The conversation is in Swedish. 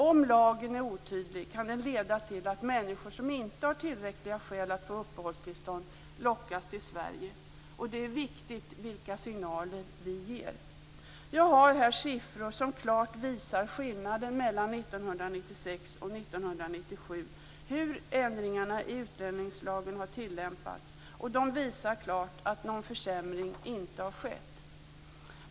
Om lagen är otydlig kan det leda till att människor som inte har tillräckliga skäl att få uppehållstillstånd lockas till Sverige. Det är viktigt vilka signaler vi ger. Jag har här siffror som klart visar skillnaden mellan 1996 och 1997 när det gäller hur ändringarna i utlänningslagen har tillämpats. De visar klart att någon försämring inte har skett.